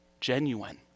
genuine